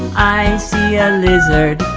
i see a lizard.